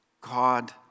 God